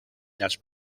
las